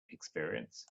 experience